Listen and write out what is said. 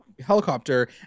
helicopter